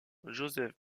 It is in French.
joseph